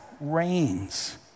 reigns